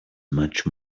much